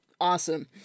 awesome